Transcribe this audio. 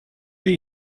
weh